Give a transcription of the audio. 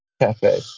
cafe